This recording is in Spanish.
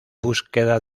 búsqueda